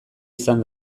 izan